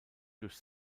durch